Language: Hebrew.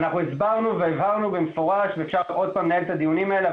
הסברנו והבהרנו במפורש ואפשר עוד פעם לנהל את הדיונים האלה,